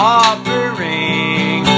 offering